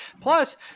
Plus